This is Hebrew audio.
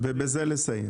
ובזה לסיים.